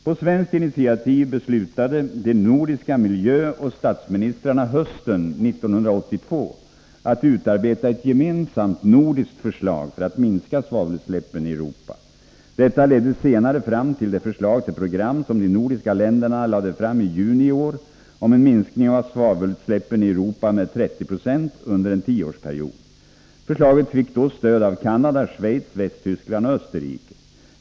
På svenskt initiativ beslutade de nordiska miljöoch statsministrarna hösten 1982 att utarbeta ett gemensamt nordiskt förslag för att minska svavelutsläppen i Europa. Detta ledde senare fram till det förslag till program som de nordiska länderna lade fram i juni i år om en minskning av svavelutsläppen i Europa 79 med 30 26 under en tioårsperiod. Förslaget fick då stöd av Canada, Schweiz, Västtyskland och Österrike.